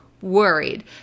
worried